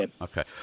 Okay